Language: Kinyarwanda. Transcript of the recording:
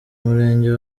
murenge